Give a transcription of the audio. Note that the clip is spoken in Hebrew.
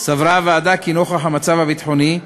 סברה הוועדה כי נוכח המצב הביטחוני,